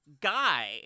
guy